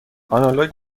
آنالوگ